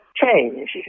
change